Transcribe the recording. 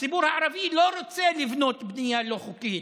הציבור הערבי לא רוצה לבנות בנייה לא חוקית.